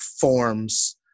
forms